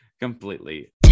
completely